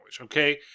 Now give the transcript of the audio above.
okay